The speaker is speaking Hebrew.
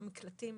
מקלטים,